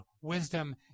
wisdom